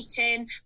eating